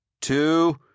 two